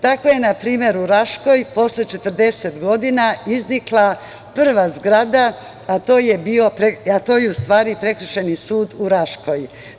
Tako je u Raškoj posle 40 godina iznikla prva zgrada, a to je u stvari Prekršajni sud u Raškoj.